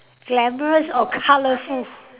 glamorous or colourful